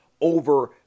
over